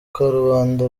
karubanda